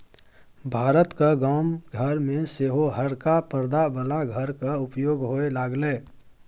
भारतक गाम घर मे सेहो हरका परदा बला घरक उपयोग होए लागलै